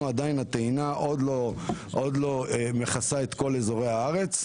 עדיין הטעינה עוד לא מכסה את כל אזורי הארץ.